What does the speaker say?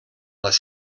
les